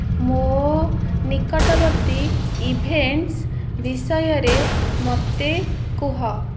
ମୋ ନିକଟବର୍ତ୍ତୀ ଇଭେଣ୍ଟସ୍ ବିଷୟରେ ମୋତେ କୁହ